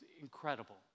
incredible